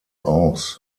aus